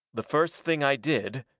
the first thing i did,